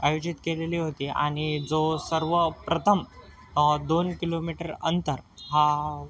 आयोजित केलेली होती आणि जो सर्वप्रथम दोन किलोमिटर अंतर हा